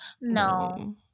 no